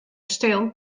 stil